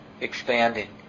expanding